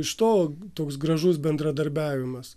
iš to toks gražus bendradarbiavimas